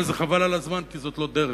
אבל חבל על הזמן כי זאת לא דרך,